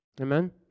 Amen